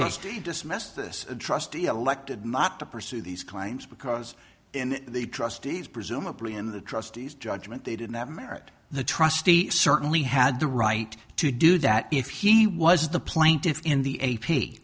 trustee dismissed this trustee elected not to pursue these claims because in the trustees presumably in the trustees judgment they didn't have merit the trustee certainly had the right to do that if he was the plaintiffs in the a p